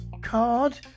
card